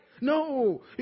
No